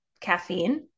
caffeine